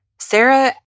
Sarah